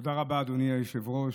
תודה רבה, אדוני היושב-ראש.